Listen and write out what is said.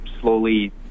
slowly